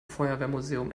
feuerwehrmuseum